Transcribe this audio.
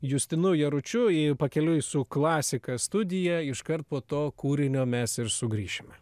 justinu jaručiu į pakeliui su klasika studiją iškart po to kūrinio mes ir sugrįšime